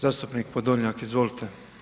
Zastupnik Podolnjak, izvolite.